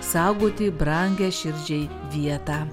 saugoti brangią širdžiai vietą